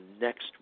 next